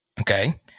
Okay